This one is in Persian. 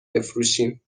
بفروشیم